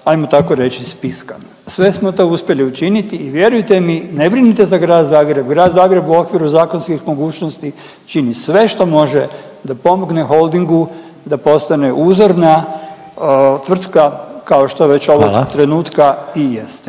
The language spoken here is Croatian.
(HDZ)**